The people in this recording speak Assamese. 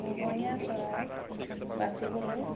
পুহনীয়া চৰাইত বাচিবলৈ